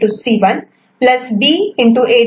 C1 B